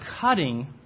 cutting